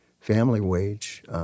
family-wage